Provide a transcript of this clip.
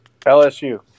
LSU